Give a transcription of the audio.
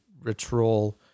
ritual